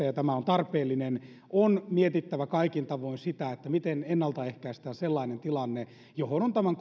ja tämä on tarpeellinen on mietittävä kaikin tavoin miten ennalta ehkäistään sellainen tilanne johon on tämän